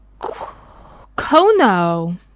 Kono